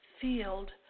field